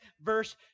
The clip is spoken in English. verse